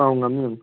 ꯑꯧ ꯉꯝꯅꯤ ꯉꯝꯅꯤ